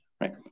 right